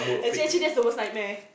actually actually that's the worst nightmare